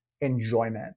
enjoyment